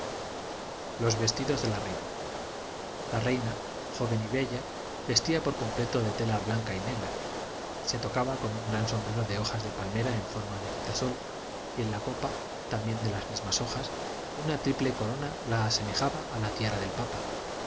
los vestidos de la reina la reina joven y bella vestía por completo de tela blanca y negra se tocaba con un gran sombrero de hojas de palmera en forma de quitasol y en la copa también de las mismas hojas una triple corona la asemejaba a la tiara del papa